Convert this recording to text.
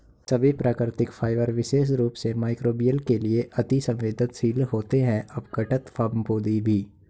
सभी प्राकृतिक फाइबर विशेष रूप से मइक्रोबियल के लिए अति सवेंदनशील होते हैं अपघटन, फफूंदी भी